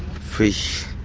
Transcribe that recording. fish,